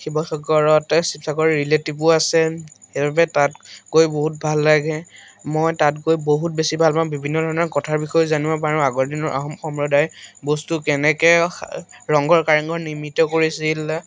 শিৱসাগৰত শিৱসাগৰতে ৰিলেটিভো আছে সেইবাবে তাত গৈ বহুত ভাল লাগে মই তাত গৈ বহুত বেছি ভাল পাওঁ বিভিন্ন ধৰণৰ কথাৰ বিষয়ে জানিব পাৰোঁ আগৰ দিনৰ আহোম সম্প্ৰদায় বস্তু কেনেকে ৰংঘৰ কাৰেংঘৰ নিৰ্মিত কৰিছিল